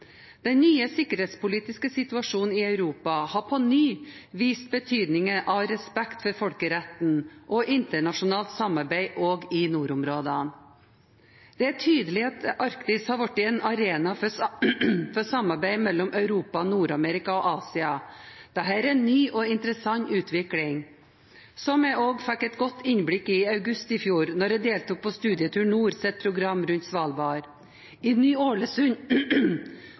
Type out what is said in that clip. Den nye sikkerhetspolitiske situasjonen i Europa har på ny vist betydningen av respekt for folkeretten og internasjonalt samarbeid også i nordområdene. Det er tydelig at Arktis har blitt en arena for samarbeid mellom Europa, Nord-Amerika og Asia. Dette er en ny og interessant utvikling, som jeg fikk et godt innblikk i i august i fjor da jeg deltok på Studietur Nords program rundt Svalbard. I